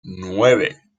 nueve